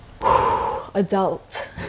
adult